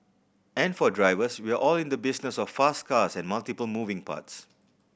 and for drivers we are all in the business of fast cars and multiple moving parts